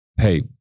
hey